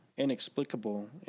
Inexplicable